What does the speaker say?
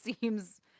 seems